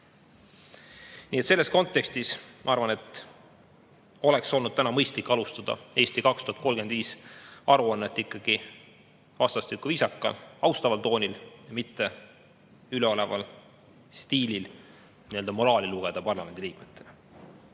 Nii et selles kontekstis ma arvan, et oleks olnud mõistlik alustada "Eesti 2035" aruannet ikkagi viisakal, austaval toonil, mitte üleolevas stiilis moraali lugeda parlamendi liikmetele.